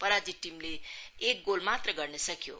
पराजित टीमले एक गोल मात्र गर्न सक्यो